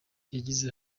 yagize